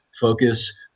focus